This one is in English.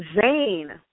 Zane